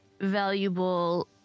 valuable